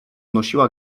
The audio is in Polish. nosiła